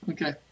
Okay